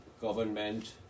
government